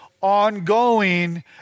ongoing